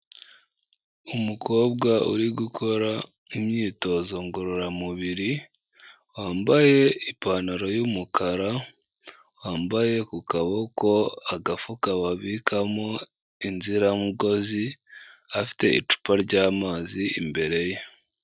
Umukobwa uri gukora imyitozo ngororamubiri, wambaye ipantaro y'umukara, wambaye ku kaboko agafuka babikamo inziramugozi, afite icupa ry'amazi imbere ye.